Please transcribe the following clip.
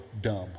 dumb